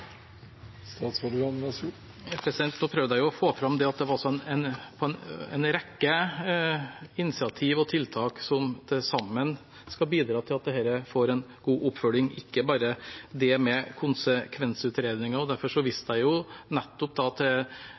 Nå prøvde jeg jo å få fram at det var en rekke initiativ og tiltak som til sammen skal bidra til at dette får en god oppfølging, ikke bare det med konsekvensutredninger. Derfor viste jeg nettopp til den konsultasjonsplikten som har kommet, til arbeidet med minerallovutvalgets mandat og